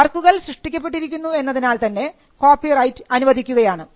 വർക്കുകൾ സൃഷ്ടിക്കപ്പെട്ടിരിക്കുന്നു എന്നതിനാൽ തന്നെ കോപ്പിറൈറ്റ് അനുവദിക്കുകയാണ്